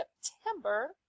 September